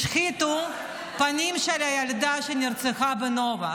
השחיתו פנים של הילדה שנרצחה בנובה.